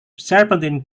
serpentine